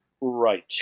Right